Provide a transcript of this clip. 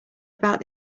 about